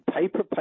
Paper